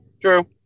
True